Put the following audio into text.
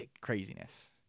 craziness